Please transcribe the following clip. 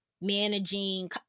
managing